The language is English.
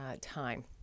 time